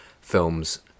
films